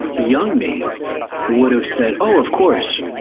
young me would've said, oh, of course.